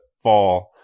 fall